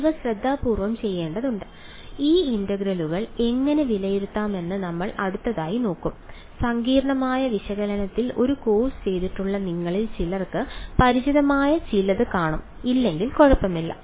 ഇവ ശ്രദ്ധാപൂർവം ചെയ്യേണ്ടതാണ് ഈ ഇന്റഗ്രലുകൾ എങ്ങനെ വിലയിരുത്താമെന്ന് നമ്മൾ അടുത്തതായി നോക്കും സങ്കീർണ്ണമായ വിശകലനത്തിൽ ഒരു കോഴ്സ് ചെയ്തിട്ടുള്ള നിങ്ങളിൽ ചിലർക്ക് പരിചിതമായ ചിലത് കാണും ഇല്ലെങ്കിൽ കുഴപ്പമില്ല